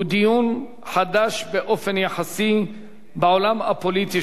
חדש באופן יחסי בעולם הפוליטי שלנו.